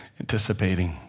Anticipating